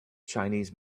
chinese